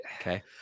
Okay